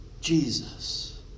Jesus